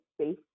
space